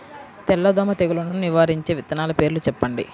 తెల్లదోమ తెగులును నివారించే విత్తనాల పేర్లు చెప్పండి?